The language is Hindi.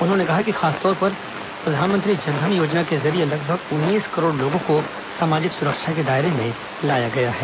उन्होंने कहा कि खासतौर पर प्रधानमंत्री जन धन योजना के जरिये लगभग उन्नीस करोड़ लोगों को सामाजिक सुरक्षा के दायरे में लाया गया है